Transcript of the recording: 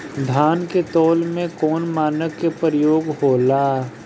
धान के तौल में कवन मानक के प्रयोग हो ला?